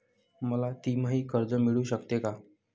मला तिमाही कर्ज मिळू शकते का?